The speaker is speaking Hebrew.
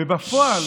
ובפועל